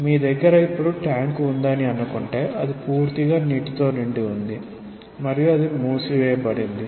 మీ దగ్గర ఇప్పుడు ట్యాంక్ ఉందని అనుకుంటే అది పూర్తిగా నీటితో నిండి ఉంది మరియు అది మూసివేయబడింది